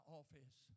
office